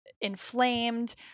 inflamed